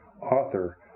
author